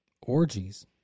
orgies